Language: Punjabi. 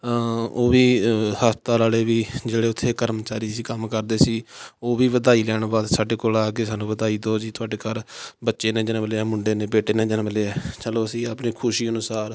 ਉਹ ਵੀ ਅ ਹਸਪਤਾਲ ਵਾਲੇ ਵੀ ਜਿਹੜੇ ਉੱਥੇ ਕਰਮਚਾਰੀ ਸੀ ਕੰਮ ਕਰਦੇ ਸੀ ਉਹ ਵੀ ਵਧਾਈ ਲੈਣ ਵਾਸਤੇ ਸਾਡੇ ਕੋਲ ਆ ਕੇ ਸਾਨੂੰ ਵਧਾਈ ਦਿਉ ਜੀ ਤੁਹਾਡੇ ਘਰ ਬੱਚੇ ਨੇ ਜਨਮ ਲਿਆ ਮੁੰਡੇ ਨੇ ਬੇਟੇ ਨੇ ਜਨਮ ਲਿਆ ਚਲੋ ਅਸੀਂ ਆਪਣੀ ਖੁਸ਼ੀ ਅਨੁਸਾਰ